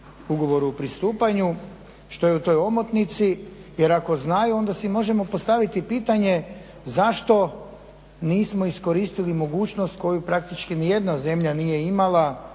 ugovoru o pristupanju, što je u toj omotnici jer ako znaju onda si možemo postaviti pitanje zašto nismo iskoristili mogućnost koju praktički nijedna zemlja nije imala